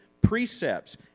precepts